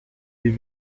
wie